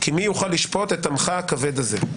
כי מי יוכל לשפוט את עמך הכבד הזה?